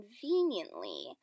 conveniently